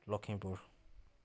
Lakhimpur